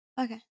Okay